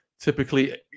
typically